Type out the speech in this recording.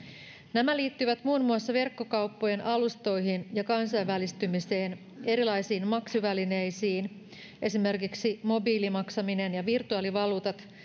nämä liittyvät muun muassa verkkokauppojen alustoihin ja kansainvälistymiseen erilaisiin maksuvälineisiin esimerkiksi mobiilimaksaminen ja virtuaalivaluutat